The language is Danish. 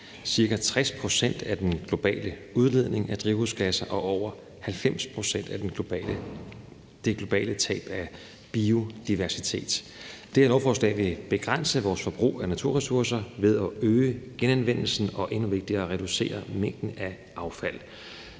ca. 60 pct. af den globale udledning af drivhusgasser og over 90 pct. af det globale tab af biodiversitet. Det her lovforslag vil begrænse vores forbrug af naturressourcer ved at øge genanvendelsen og endnu vigtigere reducere mængden af affald.